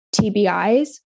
TBIs